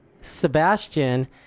Sebastian